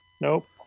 Nope